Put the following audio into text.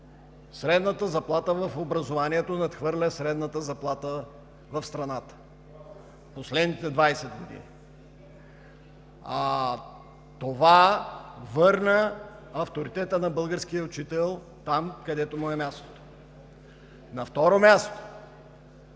средната заплата в образованието надхвърля средната заплата в страната в последните 20 години. Това върна авторитета на българския учител там, където му е мястото. На второ място,